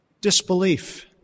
disbelief